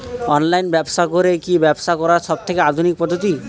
Online ব্যবসা করে কি ব্যবসা করার সবথেকে আধুনিক পদ্ধতি?